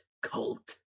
Cult